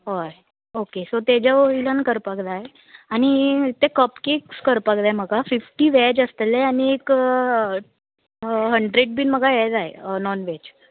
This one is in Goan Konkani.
हय ओके सो तेज्या वयल्यान करपाक जाय आनी ते कपकेक्स करपाक जाय म्हाका फिफ्टी वॅज आसतले आनीक हंड्रेड बीन म्हाका हे जाय नॉन वॅज